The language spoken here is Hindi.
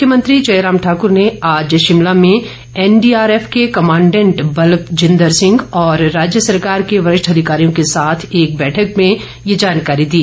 मुख्यमंत्री जयराम ठाकूर ने आज शिमला में एनडीआरएफ के कमांडेट बलजिंद सिंह और राज्य सरकार के वरिष्ठ अधिकारियों के साथ एक बैठक में ये जानकारी दी